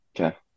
Okay